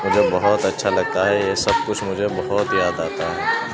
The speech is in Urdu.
مجھے بہت اچھا لگتا ہے یہ سب کچھ مجھے بہت یاد آتا ہے